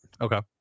Okay